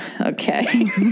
Okay